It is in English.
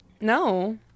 No